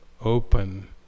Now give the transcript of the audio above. open